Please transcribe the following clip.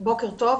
בוקר טוב,